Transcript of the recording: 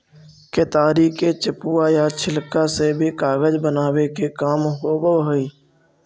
केतारी के चेपुआ या छिलका से भी कागज बनावे के काम होवऽ हई